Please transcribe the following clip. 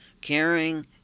caring